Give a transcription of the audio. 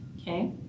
Okay